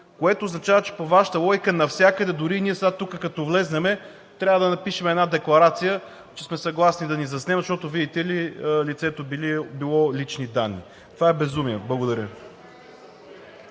което означава, че по Вашата логика навсякъде – дори ние сега тук като влезем, трябва да напишем една декларация, че сме съгласни да ни заснемат, защото, видите ли, лицето било лични данни. Това е безумие. Благодаря